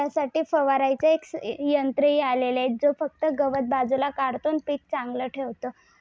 त्यासाठी फवारायचे एक यंत्रही आलेले आहे जो फक्त गवत बाजूला काढतो आणि पीक चांगलं ठेवतो